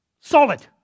solid